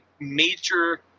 major